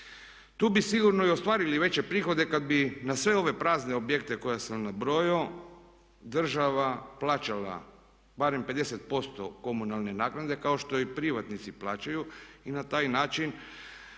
Tu bi sigurno i ostvarili veće prihode kad bi na sve ove prazne objekte koje sam nabrojao država plaćala barem 50% komunalne naknade kao što i privatnici plaćaju i na taj način